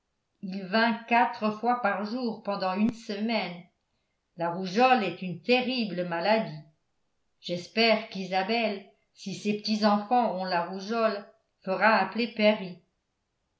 il vint quatre fois par jour pendant une semaine la rougeole est une terrible maladie j'espère qu'isabelle si ses petits enfants ont la rougeole fera appeler perry